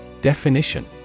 Definition